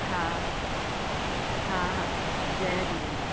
हा हा हा हा जय झूलेलाल